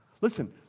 Listen